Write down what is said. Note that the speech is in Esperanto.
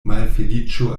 malfeliĉo